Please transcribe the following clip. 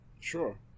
Sure